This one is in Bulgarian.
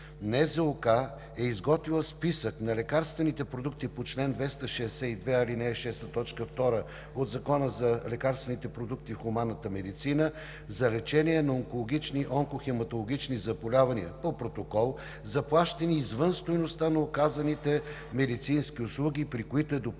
каса e изготвила Списък на лекарствени продукти по чл. 262, ал. 6, т. 2 от Закона за лекарствените продукти в хуманната медицина за лечение на онкологични/онкохематологични заболявания по протокол, заплащани извън стойността на оказваните медицински услуги, при които е допустимо